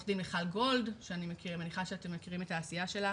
עו"ד מיכל גולד שאני מניחה שאתם מכירים את העשייה שלה